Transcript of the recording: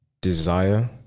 desire